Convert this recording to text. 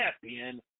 champion